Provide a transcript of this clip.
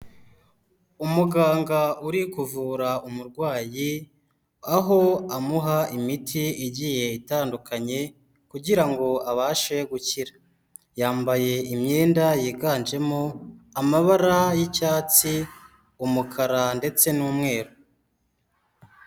Umuganga uri kuvura umurwayi, aho amuha imiti igiye itandukanye, kugira ngo abashe gukira. Yambaye imyenda yiganjemo amabara y'icyatsi, umukara ndetse n'umweru.